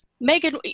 Megan